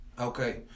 Okay